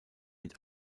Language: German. mit